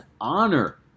honor